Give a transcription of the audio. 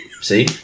See